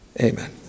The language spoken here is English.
amen